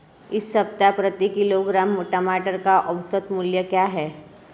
इस सप्ताह प्रति किलोग्राम टमाटर का औसत मूल्य क्या है?